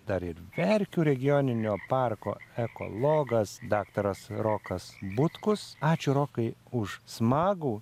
dar ir verkių regioninio parko ekologas daktaras rokas butkus ačiū rokai už smagų